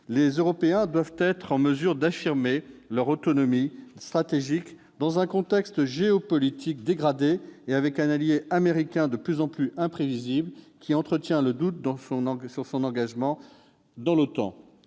les Européens doivent être en mesure d'affirmer leur autonomie stratégique dans un contexte géopolitique dégradé et avec un allié américain de plus en plus imprévisible, qui entretient le doute sur son engagement dans l'OTAN.